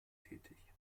tätig